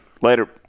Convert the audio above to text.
Later